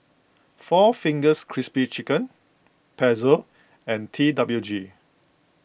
four Fingers Crispy Chicken Pezzo and T W G